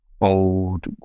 old